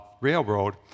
Railroad